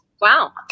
Wow